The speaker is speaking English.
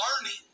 learning